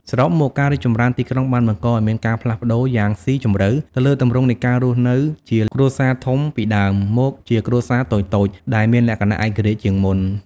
សរុបមក ការរីកចម្រើនទីក្រុងបានបង្កឱ្យមានការផ្លាស់ប្ដូរយ៉ាងស៊ីជម្រៅទៅលើទម្រង់នៃការរស់នៅជាគ្រួសារធំពីដើមមកជាគ្រួសារតូចៗ ដែលមានលក្ខណៈឯករាជ្យជាងមុន។